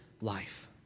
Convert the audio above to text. life